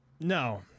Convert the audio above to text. No